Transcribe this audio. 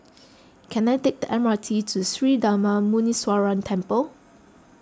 can I take the M R T to Sri Darma Muneeswaran Temple